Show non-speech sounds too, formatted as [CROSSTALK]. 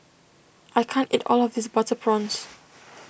I can't eat all of this Butter Prawns [NOISE]